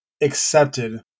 accepted